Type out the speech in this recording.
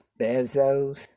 Bezos